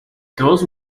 these